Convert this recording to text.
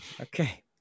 Okay